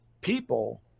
people